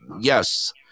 Yes